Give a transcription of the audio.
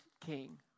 king